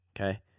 okay